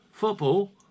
Football